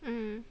mm